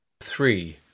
three